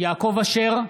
יעקב אשר,